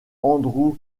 andrew